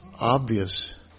obvious